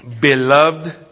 beloved